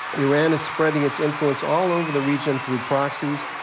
iran is spreading its influence all over the region through proxies.